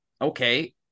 okay